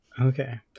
Okay